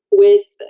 with.